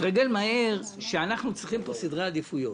לכך שאנחנו צריכים פה סדרי עדיפויות.